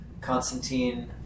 Constantine